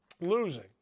losing